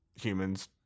humans